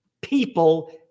people